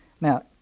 Now